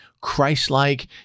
Christ-like